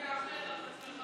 אני מאחל לך הצלחה.